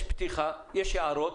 פותחים את הנושאים להערות,